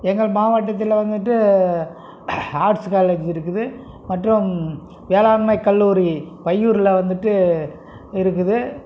எங்கள் மாவட்டத்தில் வந்துட்டு ஆர்ட்ஸ் காலேஜ் இருக்குது மற்றும் வேளாண்மை கல்லூரி பைய்யூரில் வந்துட்டு இருக்குது